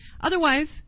Otherwise